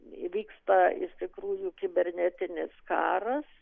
vyksta iš tikrųjų kibernetinis karas